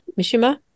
Mishima